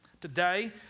Today